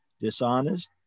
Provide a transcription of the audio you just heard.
dishonest